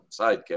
sidekick